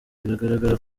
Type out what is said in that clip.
biragaragara